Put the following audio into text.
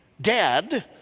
dad